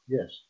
Yes